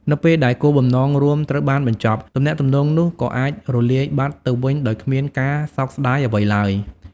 នៅពេលដែលគោលបំណងរួមត្រូវបានបញ្ចប់ ទំនាក់ទំនងនោះក៏អាចរលាយបាត់ទៅវិញដោយគ្មានការសោកស្តាយអ្វីឡើយ។